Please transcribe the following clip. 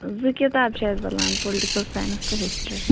زٕ کتاب چھِ اسہِ بدلاونہِ پولٹِکل ساینَس تہٕ ہِسٹرٛی